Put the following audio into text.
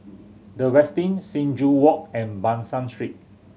The Westin Sing Joo Walk and Ban San Street